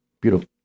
beautiful